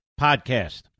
Podcast